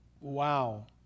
Wow